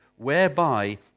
whereby